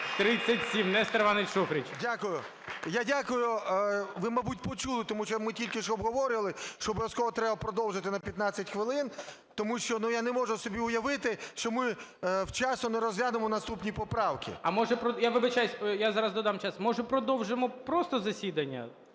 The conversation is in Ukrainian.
13:55:12 ШУФРИЧ Н.І. Дякую. Я дякую. Ви, мабуть, почули, що ми тільки що обговорювали, що обов'язково треба продовжити на 15 хвилин, тому що, ну, я не можу собі уявити, що ми вчасно не розглянемо наступні поправки. ГОЛОВУЮЧИЙ. Я вибачаюсь, я зараз додам час, може, продовжимо просто засідання?